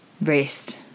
rest